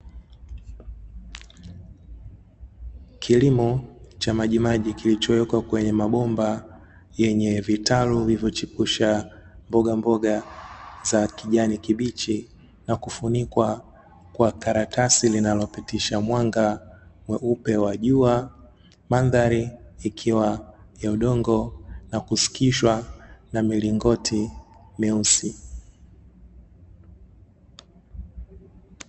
Kilimo cha majimaji kilichowekwa kwenye mabomba; yenye vitalu vilivyochipusha mbogamboga za kijani kibichi, na kufunikwa kwa karatasi linalopitisha mwanga mweupe wa jua, mandhari ikiwa ya udongo na kushikishwa na milingoti myeusi,